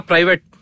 Private